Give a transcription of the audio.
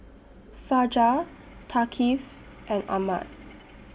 Fajar Thaqif and Ahmad